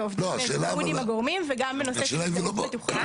ועובדים צמוד עם הגורמים וגם בנושא של הזדהות בטוחה.